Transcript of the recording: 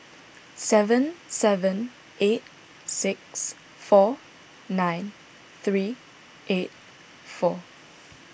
seven seven eight six four nine three eight four